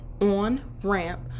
on-ramp